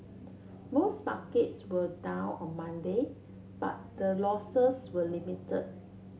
most markets were down on Monday but the losses were limited